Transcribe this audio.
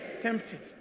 Tempted